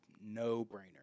no-brainer